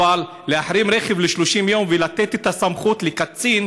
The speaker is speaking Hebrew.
אבל להחרים רכב ל-30 יום ולתת את הסמכות לקצין,